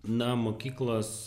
na mokyklos